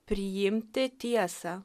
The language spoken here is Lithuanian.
priimti tiesą